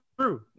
true